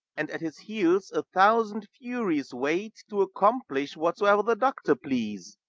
and at his heels a thousand furies wait, to accomplish whatsoe'er the doctor please.